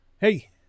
Hey